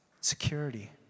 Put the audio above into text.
Security